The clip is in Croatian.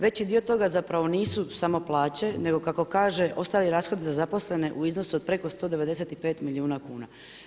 Veći dio toga zapravo nisu samo plaće, nego kako kaže ostali rashodi za zaposlene u iznosu od preko 195 milijuna kuna.